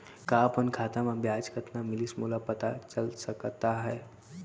का अपन खाता म ब्याज कतना मिलिस मोला पता चल सकता है?